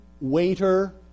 waiter